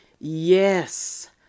Yes